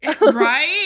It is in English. Right